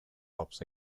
tops